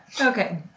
Okay